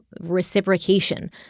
reciprocation